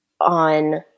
on